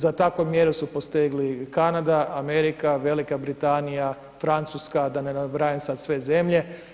Za takve mjere su posegli Kanada, Amerika, Velika Britanija, Francuska, da ne nabrajam sad sve zemlje.